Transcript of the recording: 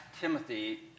Timothy